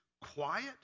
quiet